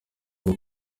bwo